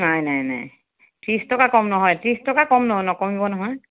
নাই নাই নাই ত্ৰিছ টকা কম নহয় ত্ৰিছ টকা কম নহয় নকমিব নহয়